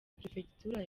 perefegitura